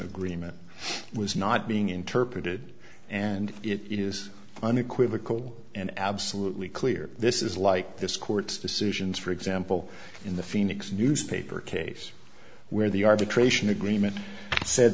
agreement was not being interpreted and it is unequivocal and absolutely clear this is like this court's decisions for example in the phoenix newspaper case where the arbitration agreement said